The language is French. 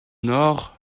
nord